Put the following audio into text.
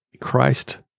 Christ